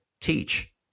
teach